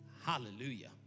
Hallelujah